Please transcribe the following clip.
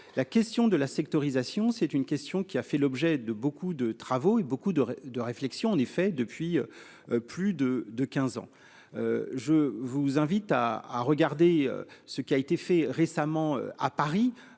La question de la sectorisation. C'est une question qui a fait l'objet de beaucoup de travaux et beaucoup de, de réflexion, en effet depuis. Plus de de 15 ans. Je vous invite à regarder ce qui a été fait récemment à Paris